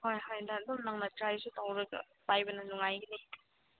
ꯍꯣꯏ ꯍꯣꯏ ꯅꯪ ꯑꯗꯨꯝ ꯅꯪꯅ ꯇ꯭ꯔꯥꯏꯁꯨ ꯇꯧꯔꯒ ꯄꯥꯏꯕꯅ ꯅꯨꯡꯉꯥꯏꯒꯅꯤ